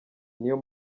niyo